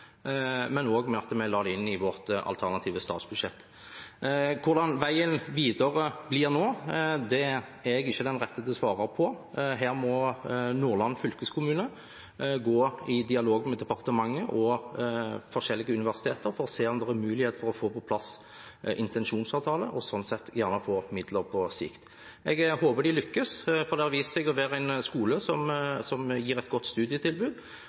og også ved at vi la det inn i vårt alternative statsbudsjett. Hvordan veien videre blir nå, er ikke jeg den rette til å svare på. Her må Nordland fylkeskommune gå i dialog med departementet og forskjellige universiteter for å se om det er muligheter for å få på plass en intensjonsavtale, og slik sett kanskje få midler på sikt. Jeg håper de lykkes, for det har vist seg å være en skole som gir et godt studietilbud,